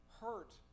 hurt